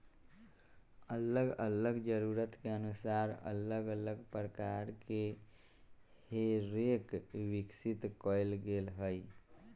अल्लग अल्लग जरूरत के अनुसार अल्लग अल्लग प्रकार के हे रेक विकसित कएल गेल हइ